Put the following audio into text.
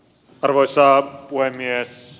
arvoisa puhemies